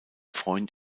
freund